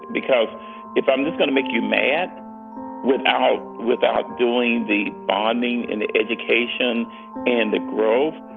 because if i'm just going to make you mad without without doing the bonding and the education and the growth,